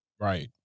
Right